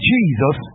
Jesus